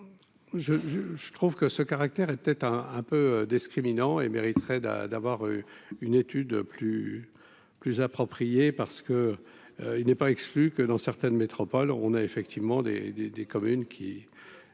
je trouve que ce caractère est peut-être un un peu d'escrime en et mériterait d'a d'avoir une étude plus plus appropriée, parce que il n'est pas exclu que dans certaines métropoles, on a effectivement des, des, des communes qui